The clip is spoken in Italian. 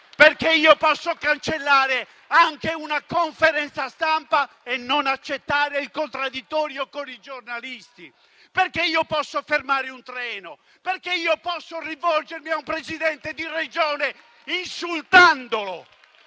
piace; posso cancellare anche una conferenza stampa e non accettare il contraddittorio con i giornalisti; posso fermare un treno; posso rivolgermi a un Presidente di Regione insultandolo,